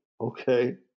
Okay